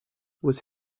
was